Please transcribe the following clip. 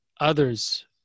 others